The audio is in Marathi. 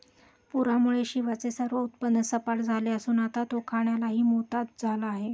पूरामुळे शिवाचे सर्व उत्पन्न सपाट झाले असून आता तो खाण्यालाही मोताद झाला आहे